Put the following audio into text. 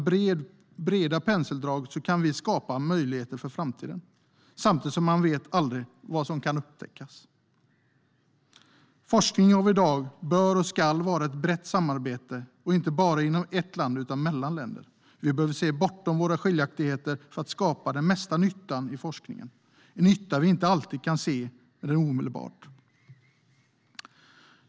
Med breda penseldrag kan vi skapa möjligheter för framtiden, samtidigt som man aldrig vet vad man kommer att upptäcka. Dessutom bör och ska forskning av i dag vara ett brett samarbete inte bara inom ett land utan också mellan länder. Vi behöver se bortom våra skiljaktigheter för att skapa den mesta nyttan i forskningen. Det är en nytta vi inte alltid kan se omedelbart.